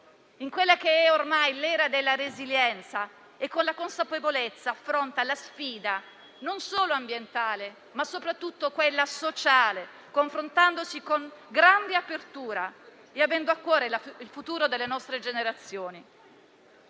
in quella che è ormai l'era della resilienza, e con consapevolezza affronta una sfida non solo ambientale, ma anche soprattutto sociale, confrontandosi con grande apertura e avendo a cuore il futuro delle nostre generazioni.